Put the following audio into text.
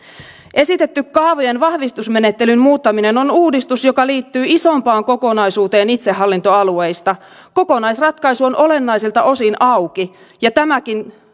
esitetty kaavojen vahvistusmenettelyn muuttaminen on uudistus joka liittyy isompaan kokonaisuuteen itsehallintoalueista kokonaisratkaisu on olennaisilta osin auki ja tämäkin